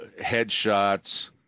headshots